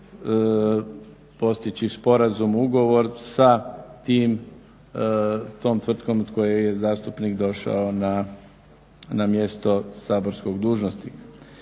postići sporazum, ugovor sa tom tvrtkom od koje je zastupnik došao na mjesto saborskog dužnosnika.